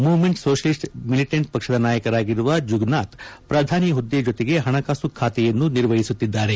ಮೂವ್ಮೆಂಚ್ socialist militant ಪಕ್ಷದ ನಾಯಕರಾಗಿರುವ ಜುಗ್ನಾಥ್ ಪ್ರಧಾನಿ ಹುದ್ದೆ ಜೊತೆಗೆ ಹಣಕಾಸು ಖಾತೆಯನ್ನು ನಿರ್ವಹಿಸುತ್ತಿದ್ದಾರೆ